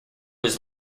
was